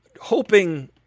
Hoping